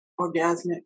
orgasmic